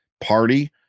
party